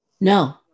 No